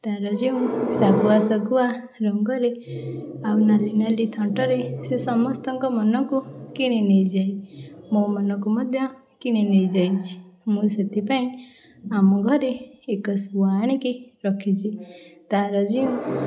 ତାର ଯେଉଁ ସାଗୁଆ ସାଗୁଆ ରଙ୍ଗରେ ଆଉ ନାଲି ନାଲି ଥଣ୍ଟରେ ସେ ସମସ୍ତଙ୍କ ମନକୁ କିଣି ନେଇଯାଏ ମୋ ମନକୁ ମଧ୍ୟ କିଣି ନେଇଯାଇଛି ମୁଁ ସେଥିପାଇଁ ଆମ ଘରେ ଏକ ଶୁଆ ଆଣିକି ରଖିଛି ତାର ଯେଉଁ